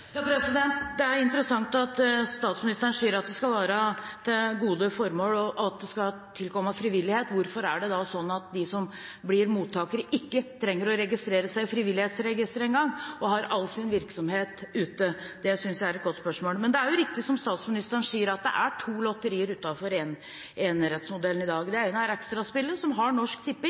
Det er interessant at statsministeren sier at det skal gå til gode formål, og at det skal tilkomme frivilligheten. Hvorfor er det da sånn at de som blir mottakere, ikke trenger å registrere seg i Frivillighetsregisteret en gang og kan ha all sin virksomhet ute? Det synes jeg er et godt spørsmål. Men det er riktig som statsministeren sier: Det er to lotterier utenfor enerettsmodellen i dag. Det ene er Extra-spillet, som har Norsk Tipping